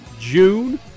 June